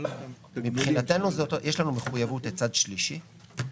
מבחינתנו יש לנו מחויבות לצד שלישי,